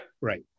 Right